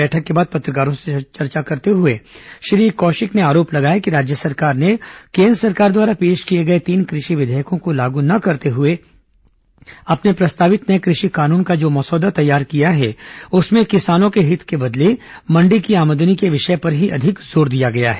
बैठक के बाद पत्रकारों से चर्चा करते हुए श्री कौशिक ने आरोप लगाया कि राज्य सरकार ने केंद्र सरकार द्वारा पेश किये गए तीन कृषि विधेयकों को लागू न करते हुए अपने प्रस्तावित नए कृषि कानून का जो मसौदा तैयार किया है उसमें किसानों के हित के बदले मंडी की आमदनी के विषय पर ही अधिक जोर दिया गया है